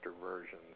versions